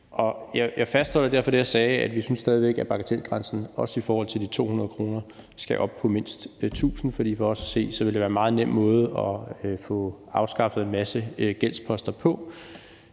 Jeg fastholder derfor det, jeg sagde, nemlig at vi stadig væk synes, at bagatelgrænsen, også i forhold til de 200 kr., skal op på mindst 1.000 kr., for for os at se vil det være en meget nem måde at få afskaffet en masse gældsposter på.